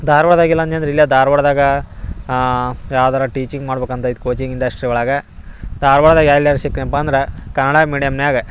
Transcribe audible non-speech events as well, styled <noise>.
ಧಾರ್ವಾಡ್ದಾಗ್ L <unintelligible> ಇಲ್ಲೇ ಧಾರ್ವಾಡ್ದಾಗ ಯಾವ್ದಾರ ಟೀಚಿಂಗ್ ಮಾಡ್ಬೇಕು ಅಂತ ಐತಿ ಕೋಚಿಂಗ್ ಇಂಡಸ್ಟ್ರಿ ಒಳಗೆ ಧಾರ್ವಾಡ್ದಾಗ್ ಎಲ್ಯಾರ ಸಿಕ್ನೆಪ್ಪ ಅಂದ್ರೆ ಕನ್ನಡ ಮೀಡಿಯಮ್ನ್ಯಾಗೆ